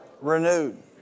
renewed